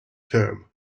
term